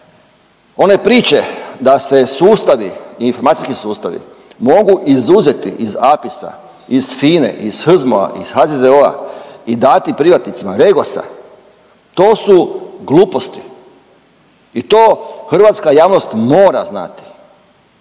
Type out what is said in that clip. one priče da se sustavi, informacijski sustavi mogu izuzeti iz APIS-a, iz FINA-e, iz HZMO-a, iz HZZO-a i dati privatnicima, REGOS-a, to su gluposti i to hrvatska javnost mora znati